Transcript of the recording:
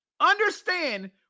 Understand